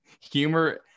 humor